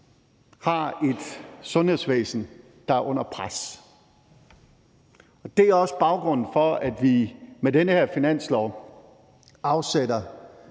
har et sundhedsvæsen, der er under pres. Det er også baggrunden for, at vi med den her finanslov afsætter